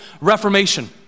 Reformation